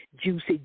juicy